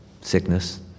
sickness